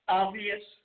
obvious